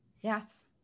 Yes